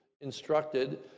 instructed